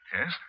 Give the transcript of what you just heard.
Yes